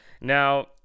now